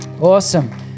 Awesome